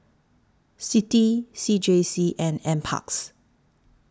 CITI C J C and N Parks